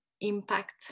impact